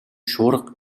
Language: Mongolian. шуурга